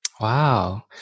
Wow